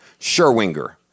Sherwinger